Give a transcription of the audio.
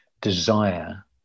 desire